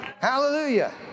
Hallelujah